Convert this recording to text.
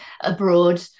abroad